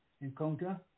encounter